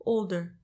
Older